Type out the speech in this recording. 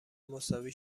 مساوی